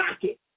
pocket